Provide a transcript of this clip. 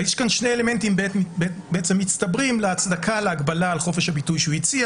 יש כאן שני אלמנטים מצטברים להצדקה על ההגבלה על חופש הביטוי שהוא הציע